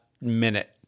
minute